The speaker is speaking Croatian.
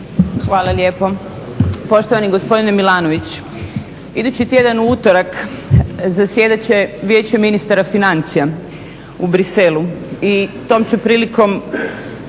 Hvala lijepo. Poštovani gospodine Milanović, idući tjedan u utorak zasjedat će Vijeće ministra financija u Bruxellesu i tom će prilikom